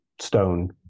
stone